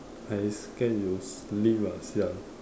I scared you sleep lah [sial]